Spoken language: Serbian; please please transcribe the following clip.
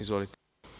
Izvolite.